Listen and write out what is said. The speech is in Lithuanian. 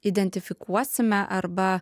identifikuosime arba